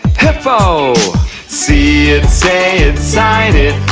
hippo see it, say it, sign it